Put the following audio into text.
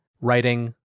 writing